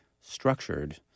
structured